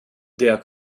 der